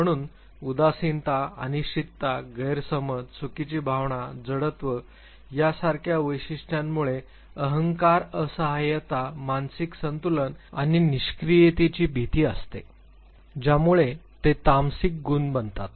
म्हणून उदासीनता अनिश्चितता गैरसमज चुकीची भावना जडत्व यासारख्या वैशिष्ट्यांमुळे अहंकार असहायता मानसिक असंतुलन आणि निष्क्रियतेची भीती असते ज्यामुळे ते तामसिक गुना बनतात